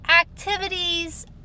activities